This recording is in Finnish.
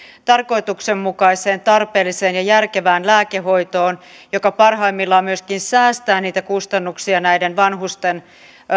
tarkoituksenmukaiseen tarpeelliseen ja järkevään lääkehoitoon joka parhaimmillaan myöskin säästää niitä kustannuksia näiden vanhusten